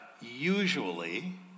usually